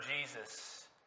Jesus